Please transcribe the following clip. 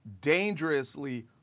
dangerously